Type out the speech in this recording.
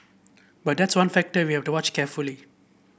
but that's one factor we have to watch carefully